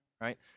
right